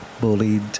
bullied